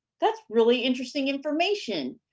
that's really interesting information.